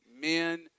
men